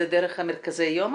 זה דרך מרכזי היום?